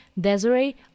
Desiree